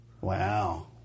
Wow